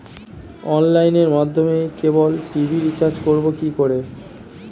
অনলাইনের মাধ্যমে cable TV recharge করব কি করে?